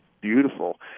beautiful